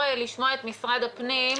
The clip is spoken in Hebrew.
חבר הכנסת אייכלר.